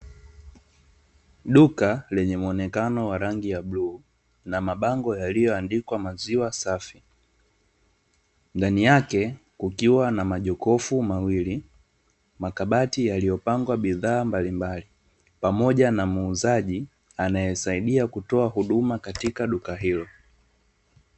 Duka lenye mwonekano wa rangi ya bluu, na mabango yaliyoandikwa 'maziwa safi', ndani yake kukiwa na majokofu mawili, makabati yaliyopangwa bidhaa mbalimbali, pamoja na muuzaji anayesaidia kutoa huduma katika duka hilo.